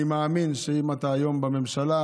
אני מאמין שאם אתה היום בממשלה,